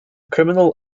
criminal